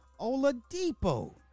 oladipo